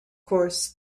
course